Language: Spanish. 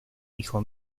hijo